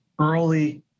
early